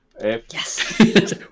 Yes